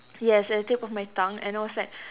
yes at the tip of my tongue and I was like